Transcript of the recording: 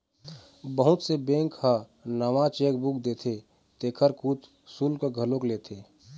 बहुत से बेंक ह नवा चेकबूक देथे तेखर कुछ सुल्क घलोक लेथे